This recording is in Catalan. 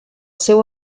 seu